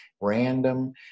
random